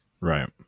Right